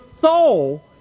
soul